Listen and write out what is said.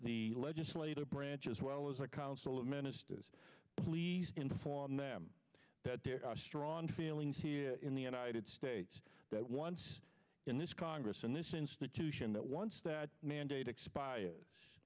the legislative branch as well as the council of ministers inform them that there are strong feelings here in the united states that once in this congress and this institution that once that mandate expires